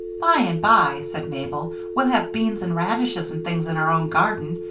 by and by, said mabel, we'll have beans and radishes and things in our own garden,